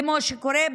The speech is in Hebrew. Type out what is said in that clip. כמו שקורה,